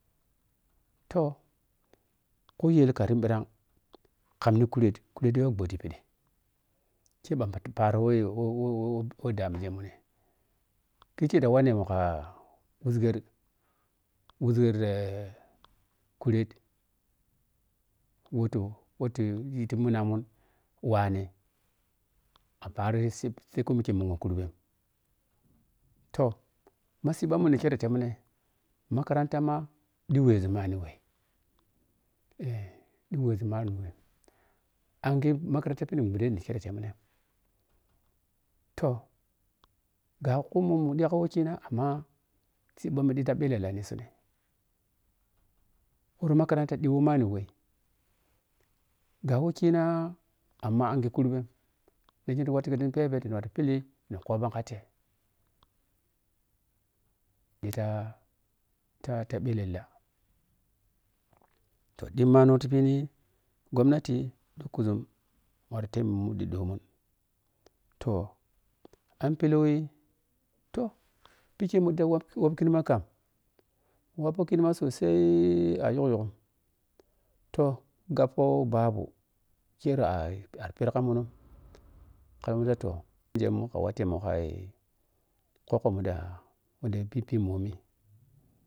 Toh khughil karim ɓhirary kama khured khured yo ɓhg ti phiɗi ke bhag kaki paaro wɔ wɔ wɔ damighe among kheighe ka wanne mu ka wuȝgheri wuȝgher eh khured wqtu wqtu titi minamun wane a paari sittam seke mikye mbanghe turbe toh masiiɓamumuri temine makranta ma ɗhi we ȝu manni wɛ eh ɗhiwɛya manni wɛ azange makaranta bhiɗig ɓhuɗe toh ga kumun mu ɗhi ka wukina amma siinba mu ɗhita bhelleni suni wɔ makaranta ɗhiyo manni wɔ go wɛkina amma anghe kurɓe mikye tiwattuh kheɗin pheɓhe tini watu pulli ni khobonkate ɗhita ta ta bhellela toh ɗhimmano ti phini gommati ɗhukuȝum wuttu temmi mhuɗi ɗomun toh amm pɛɛlow toh phikye mu ɗata wow wom khinima kam waaphokhinima sosai, a yhuk yhuk toh ni ghappoh babu kere ara, pherkamun eh wattu munkii chukko munɗa munda bibhimu mbhumi.